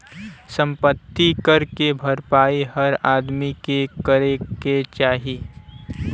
सम्पति कर के भरपाई हर आदमी के करे क चाही